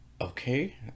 okay